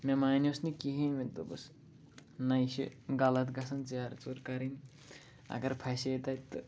مےٚ مانیوُس نہٕ کِہیٖنۍ مےٚ دوٚپُس نہَ یہِ چھِ غلط گژھن ژیرٕ ژور کَرٕنۍ اگر پھسیے تَتہِ تہٕ